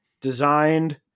designed